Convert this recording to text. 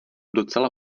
docela